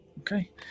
okay